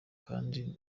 kandi